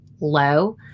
Low